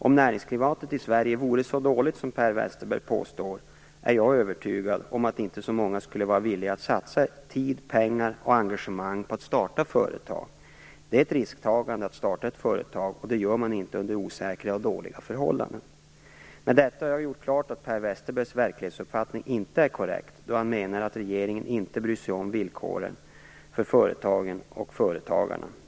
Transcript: Om näringsklimatet i Sverige vore så dåligt som Per Westerberg påstår är jag övertygad om att inte så många skulle vara villiga att satsa tid, pengar och engagemang på att starta företag. Det är ett rikstagande att starta ett företag, och det gör man inte under osäkra och dåliga förhållanden. Med detta har jag gjort klart att Per Westerbergs verklighetsuppfattning inte är korrekt då han menar att regeringen inte bryr sig om villkoren för företagen och företagarna.